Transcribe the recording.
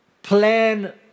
plan